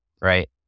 right